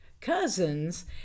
cousins